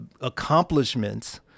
accomplishments